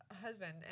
husband